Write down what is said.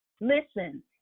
Listen